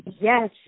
Yes